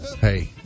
Hey